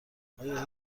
آیا